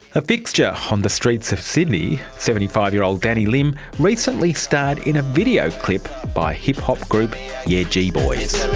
a fixture on the streets of sydney, seventy five year old danny lim recently starred in a video clip by hip hop group yeah gee boyz.